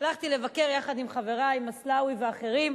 הלכתי לבקר, יחד עם חברי, עם מסלאווי ואחרים.